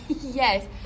Yes